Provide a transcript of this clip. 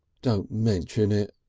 don't mention it,